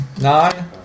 Nine